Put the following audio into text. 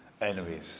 enemies